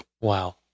Wow